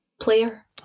player